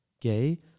gay